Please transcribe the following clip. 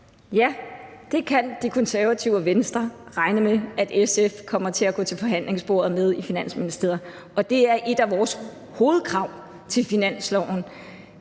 Ja, det kan De Konservative og Venstre regne med at SF kommer til at gå til forhandlingsbordet med i Finansministeriet. Det er et af vores hovedkrav til finansloven.